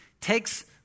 takes